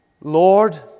Lord